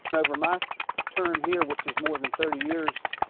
but over my term here, which is more than thirty years,